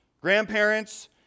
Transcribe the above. grandparents